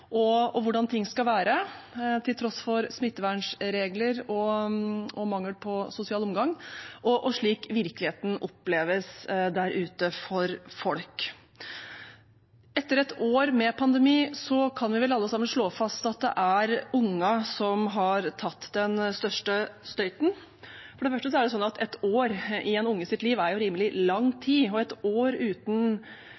og hvordan ting skal være til tross for smittevernregler og mangel på sosial omgang, og slik virkeligheten oppleves for folk der ute. Etter et år med pandemi kan vi vel alle sammen slå fast at det er ungene som har tatt den største støyten. For det første er ett år i en unges liv rimelig lang tid, og et år